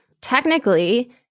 Technically –